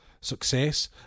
success